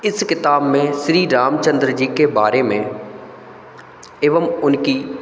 इस किताब में श्री रामचन्द्र जी के बारे में एवं उनकी